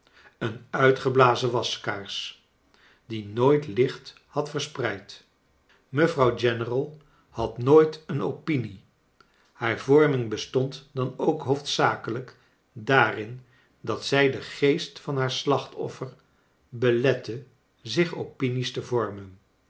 een uitgeblazen waskaars die nooit licht had verspreid mevrouw general had nooit een opinie haar vorming bestond dan ook hoofdzakelijk daarin dat zij den geest van haar slachtoffer belette zich opinies te vormen